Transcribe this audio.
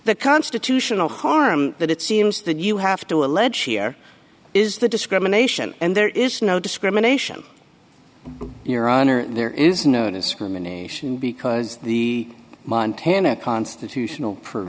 the constitutional harm that it seems that you have to allege here is the discrimination and there is no discrimination your honor there is no discrimination because the montana constitutional p